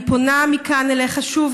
אני פונה מכאן אליך שוב,